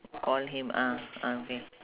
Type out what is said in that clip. call him ah ah K